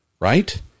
Right